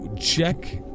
check